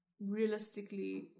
realistically